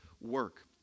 work